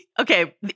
okay